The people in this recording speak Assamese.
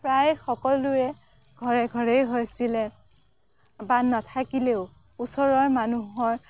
প্ৰায় সকলোৰে ঘৰে ঘৰেই হৈছিলে বা নাথাকিলেও ওচৰৰ মানুহৰ